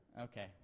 Okay